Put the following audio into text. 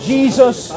Jesus